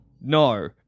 No